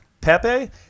pepe